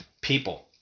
People